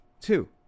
two